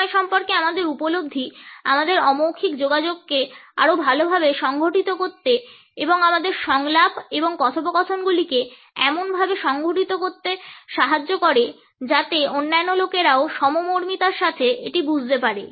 সময় সম্পর্কে আমাদের উপলব্ধি আমাদের অমৌখিক যোগাযোগকে আরও ভালভাবে সংগঠিত করতে এবং আমাদের সংলাপ এবং কথোপকথনগুলিকে এমনভাবে সংগঠিত করতে সাহায্য করে যাতে অন্যান্য লোকেরাও সমমর্মিতার সাথে এটি বুঝতে পারে